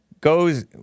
goes